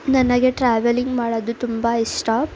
ನನಗೆ ಟ್ರ್ಯಾವೆಲಿಂಗ್ ಮಾಡೋದು ತುಂಬ ಇಷ್ಟ